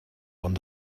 van